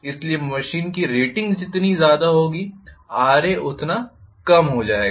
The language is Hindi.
इसलिए मशीन की रेटिंग जितनी ज़्यादा होगी Ra उतना कम हो जाएगा